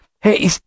hey